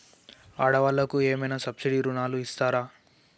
ఆడ వాళ్ళకు ఏమైనా సబ్సిడీ రుణాలు ఇస్తారా?